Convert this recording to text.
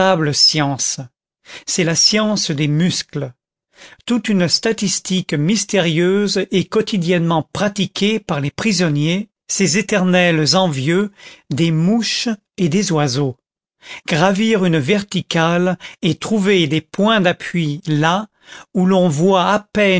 science c'est la science des muscles toute une statique mystérieuse est quotidiennement pratiquée par les prisonniers ces éternels envieux des mouches et des oiseaux gravir une verticale et trouver des points d'appui là où l'on voit à peine